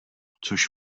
což